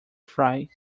fright